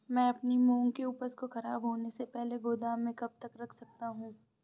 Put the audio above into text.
मैं अपनी मूंग की उपज को ख़राब होने से पहले गोदाम में कब तक रख सकता हूँ?